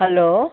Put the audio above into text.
hello